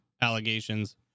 allegations